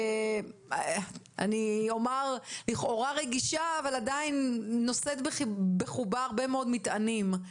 אני אומר לכאורה רגישה אבל עדיין נושאת בחובה הרבה מאוד מטענים.